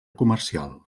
comercial